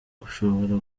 ushobora